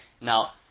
Now